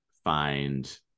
find